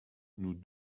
nous